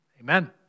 Amen